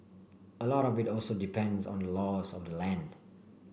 a lot of it also depends on laws of the land